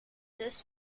this